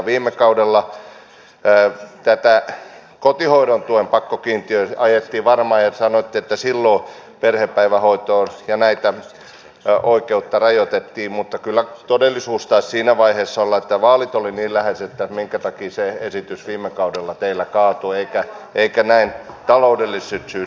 viime kaudella tätä kotihoidon tuen pakkokiintiötä ajettiin ja sanoitte että silloin perhepäivähoitoa ja näitä oikeuksia rajoitettiin mutta kyllä todellisuus taisi siinä vaiheessa olla se että vaalit olivat niin lähellä ja sen takia se esitys viime kaudella teillä kaatui eikä taloudellisista syistä